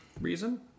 reason